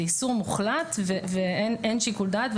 זה איסור מוחלט ואין שיקול דעת.